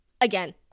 Again